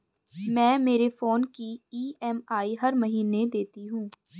मैं मेरे फोन की ई.एम.आई हर महीने देती हूँ